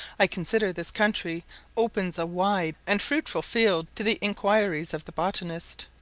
i consider this country opens a wide and fruitful field to the inquiries of the botanist.